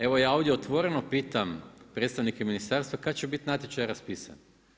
Evo ja ovdje otvoreno pitam predstavnike ministarstva kad će bit natječaj raspisan.